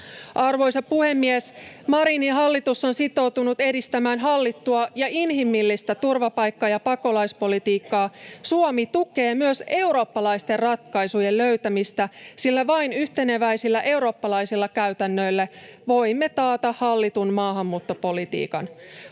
Arvoisa puhemies! Marinin hallitus on sitoutunut edistämään hallittua ja inhimillistä turvapaikka- ja pakolaispolitiikkaa. Suomi tukee myös eurooppalaisten ratkaisujen löytämistä, sillä vain yhteneväisillä eurooppalaisilla käytännöillä voimme taata hallitun maahanmuuttopolitiikan.